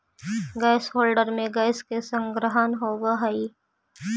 gas holder में gas के संग्रहण होवऽ हई